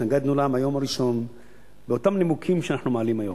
שהתנגדו לה מהיום הראשון מאותם נימוקים שאנחנו מעלים היום.